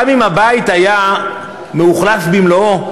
גם אם הבית היה מאוכלס במלואו,